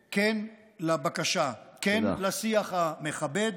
כן, כן לבקשה, כן לשיח המכבד.